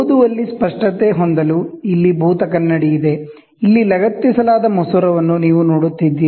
ಓದುವಲ್ಲಿ ಸ್ಪಷ್ಟತೆ ಹೊಂದಲು ಇಲ್ಲಿ ಭೂತಗನ್ನಡಿಯಿದೆ ಇಲ್ಲಿ ಲಗತ್ತಿಸಲಾದ ಲೆನ್ಸ್ ನ್ನು ನೀವು ನೋಡುತ್ತಿದ್ದೀರಿ